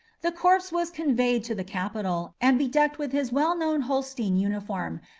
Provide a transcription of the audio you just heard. the corpse was conveyed to the capital, and bedecked with his well-known holstein uniform,